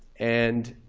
and